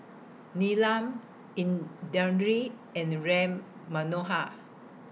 Neelam Indranee and Ram Manohar